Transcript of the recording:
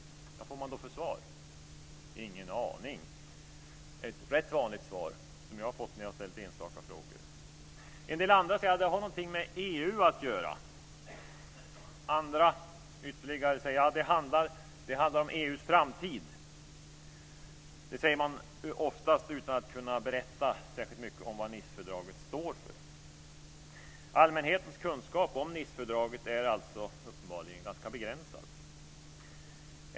Vad har man då fått för svar? Ingen aning, är ett rätt vanligt svar som jag har fått när jag har ställt enstaka frågor. En del säger att det har någonting med EU att göra. Andra säger att det handlar om EU:s framtid. Det säger man oftast utan att kunna berätta särskilt mycket om vad Nicefördraget står för. Allmänhetens kunskap om Nicefördraget är alltså uppenbarligen ganska begränsad.